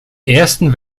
ersten